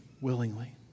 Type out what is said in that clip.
willingly